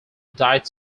died